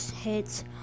hits